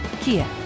Kia